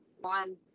one